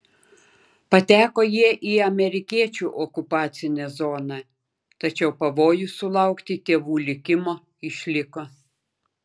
pateko jie į amerikiečių okupacinę zoną tačiau pavojus sulaukti tėvų likimo išliko